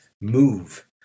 move